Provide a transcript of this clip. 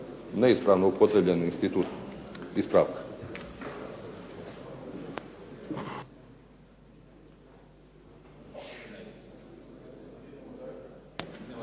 neispravno upotrijebljen institut ispravka.